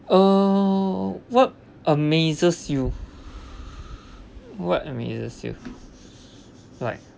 uh what amazes you what amazes you like